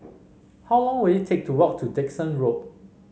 how long will it take to walk to Dickson Road